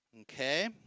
Okay